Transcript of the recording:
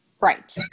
Right